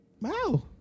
Wow